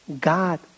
God